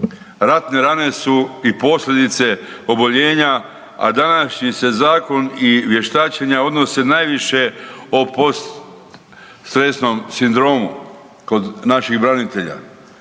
Ratne rane su i posljedica oboljenja, a današnji se zakon i vještačenja odnose najviše o poststresnom sindromu kod naših branitelja